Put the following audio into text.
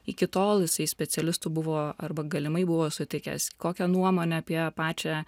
iki tol jisai specialistų buvo arba galimai buvo sutikęs kokią nuomonę apie pačią